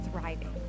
thriving